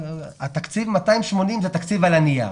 התקציב 280 מיליון תקציב על הנייר.